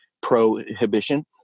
prohibition